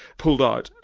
pulled out,